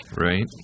Right